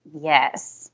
Yes